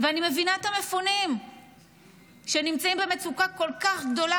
ואני מבינה את המפונים שנמצאים במצוקה כל כך גדולה,